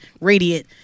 radiant